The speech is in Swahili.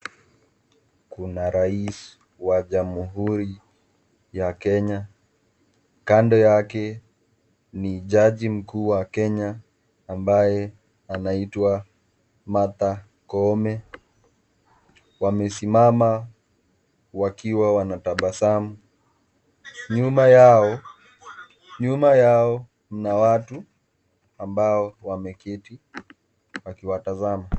Kuna rais wa jamhuri ya Kenya, kando yake ni jaji mkuu wa Kenya ambaye anaitwa Martha Koome, wamesimama wakiwa wanatabasamu nyuma yao kuna watu ambao wameketi wakiwatazama.